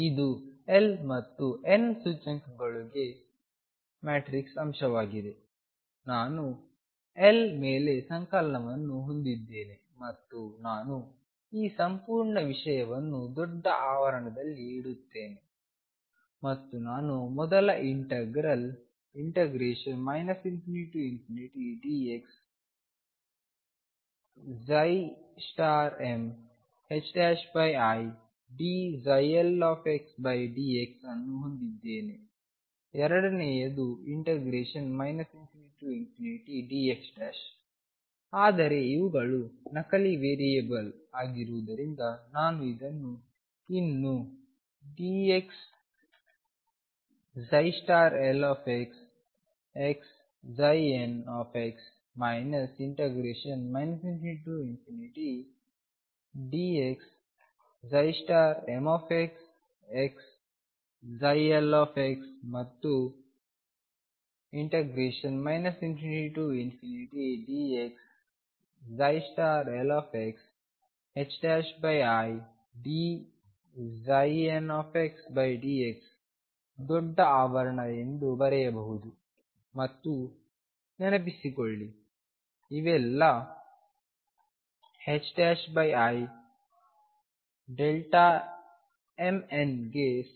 ಇದು l ಮತ್ತು n ಸೂಚ್ಯಂಕಗಳೊಂದಿಗೆ ಮ್ಯಾಟ್ರಿಕ್ಸ್ ಅಂಶವಾಗಿದೆ ನಾನು l ಮೇಲೆ ಸಂಕಲನವನ್ನು ಹೊಂದಿದ್ದೇನೆ ಮತ್ತು ನಾನು ಈ ಸಂಪೂರ್ಣ ವಿಷಯವನ್ನು ದೊಡ್ಡ ಆವರಣದಲ್ಲಿ ಇಡುತ್ತೇನೆ ಮತ್ತು ನಾನು ಮೊದಲ ಇಂಟೆಗ್ರಲ್ ∞dx midldx ಅನ್ನು ಹೊಂದಿದ್ದೇನೆ ಎರಡನೆಯದು ∞dx ಆದರೆ ಇವುಗಳು ನಕಲಿ ವೇರಿಯೇಬಲ್ ಆಗಿರುವುದರಿಂದ ನಾನು ಇದನ್ನು ಇನ್ನೂ dx lxxnx ∞dx mxxlಮತ್ತು ∞dx lx idndx ದೊಡ್ಡ ಆವರಣ ಎಂದು ಬರೆಯಬಹುದು ಮತ್ತು ನೆನಪಿಸಿಕೊಳ್ಳಿ ಇವೆಲ್ಲ imn ಗೆ ಸಮ